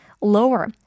lower